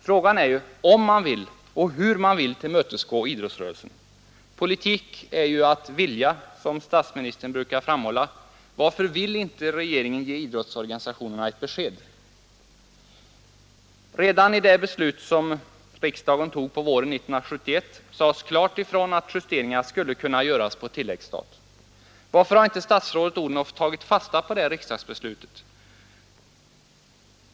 Frågan är om man vill och hur man vill tillmötesgå idrottsrörelsen. Politik är att vilja, som statsministern brukar framhålla. Varför vill inte regeringen ge idrottsorganisationerna ett besked? Redan i det beslut som riksdagen fattade på våren 1971 sades klart ifrån att justeringar skulle kunna göras på tilläggsstat. Varför har inte statsrådet Odhnoff tagit fasta på det riksdagsbeslutet?